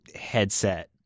headset